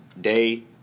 day